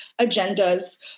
agendas